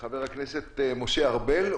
חבר הכנסת משה ארבל,